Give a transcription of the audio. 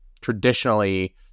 traditionally